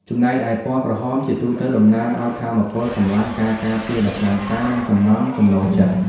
ចំណែកឯ ពណ៌ក្រហមជាទូទៅតំណាងឱ្យ ថាមពល កម្លាំង ការការពារដ៏ខ្លាំងក្លា និងចំណង់ចំណូលចិត្ត។